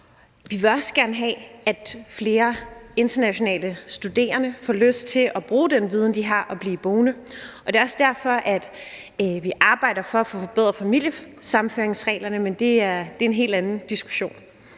Vi vil også gerne have, at flere internationale studerende får lyst til at bruge den viden, som de har, og blive boende, og det er også derfor, at vi arbejder for at få forbedret familiesammenføringsreglerne, men det er en helt anden diskussion.